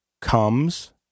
comes